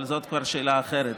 אבל זאת כבר שאלה אחרת.